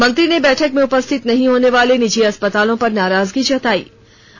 मंत्री ने बैठक में उपस्थित नही होने वाले निजी अस्पतालों पर नाराजगी जताई गई